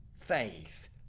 faith